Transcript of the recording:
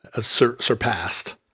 Surpassed